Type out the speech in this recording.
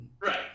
right